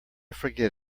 forget